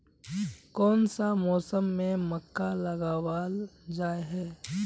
कोन सा मौसम में मक्का लगावल जाय है?